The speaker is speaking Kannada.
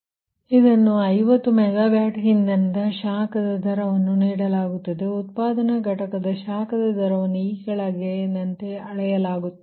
ಆದ್ದರಿಂದ ಇದನ್ನು 50 ಮೆಗಾವ್ಯಾಟ್ ಇಂಧನದ ಶಾಖದ ದರವನ್ನು ನೀಡಲಾಗುತ್ತದೆ